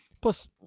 plus